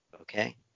okay